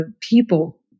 people